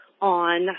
on